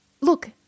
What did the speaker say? look –